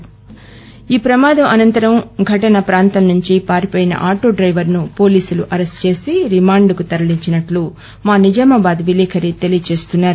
కాగా ప్రమాదం అనంతరం ఘటన ప్రాంతం నుంచి పారిపోయిన ఆటో డైవర్ను పోలీసు అరెస్ట్ చేసి రిమాండ్కు తరలించినట్టు మా నిజామాబాద్ విలేఖరి తెలియజేస్తున్నారు